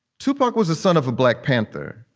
tupac was a son of a black panther.